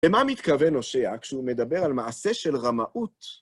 ומה מתכוון נוסע כשהוא מדבר על מעשה של רמאות?